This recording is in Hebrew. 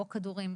או כדורים.